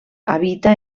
habita